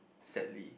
sadly